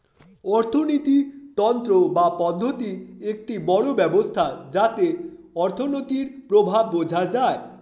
অর্থিনীতি তন্ত্র বা পদ্ধতি একটি বড় ব্যবস্থা যাতে অর্থনীতির প্রভাব বোঝা যায়